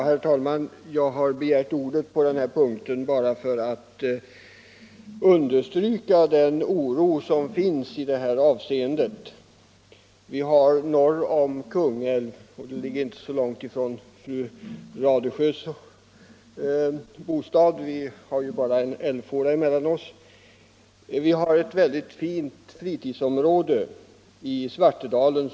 Herr talman! Jag har begärt ordet på den här punkten för att understryka den oro som finns i detta ärende. Vi har norr om Kungälv, inte långt ifrån fru Radesjös bostad — vi har bara en älvfåra mellan oss — ett mycket fint fritidsområde i Svartedalen.